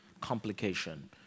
complication